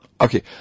Okay